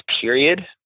period